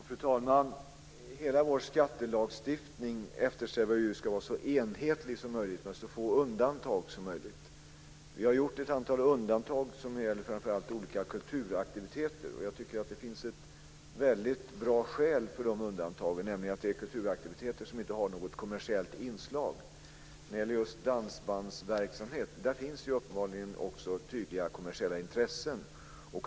Fru talman! Vi eftersträvar en så enhetlig skattelagstiftning som möjligt, med så få undantag som möjligt. Vi har gjort ett antal undantag som gäller framför allt olika kulturaktiviteter. Jag tycker att det finns ett väldigt bra skäl för de undantagen, nämligen att det gäller kulturaktiviteter som inte har något kommersiellt inslag. När det gäller dansbandsverksamhet finns det uppenbarligen tydliga kommersiella intressen.